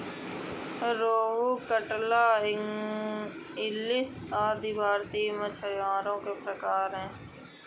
रोहू, कटला, इलिस आदि भारतीय मछलियों के प्रकार है